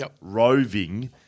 Roving